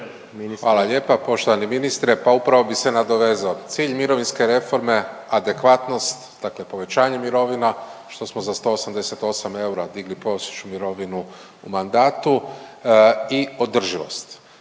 Hvala lijepa. Poštovani ministre, pa upravo bi se nadovezao, cilj mirovinske reforme adekvatnost, dakle povećanje mirovina, što smo za 188 eura digli …/Govornik se ne razumije./…mirovinu u mandatu i održivost.